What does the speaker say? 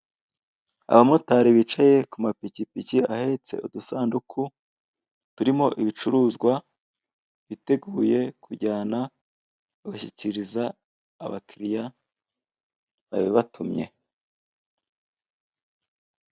Abamotari bicaye ku mapikipiki ahetse udusanduku turimo ibicuruzwa biteguye kubijyana bakabishyikiriza abakiriya babibatumye.